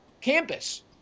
campus